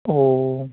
औ